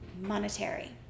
monetary